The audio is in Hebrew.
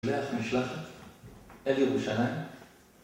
שלח משלחת, אל ירושלים